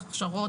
הכשרות,